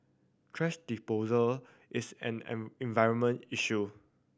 thrash disposal is an an environment issue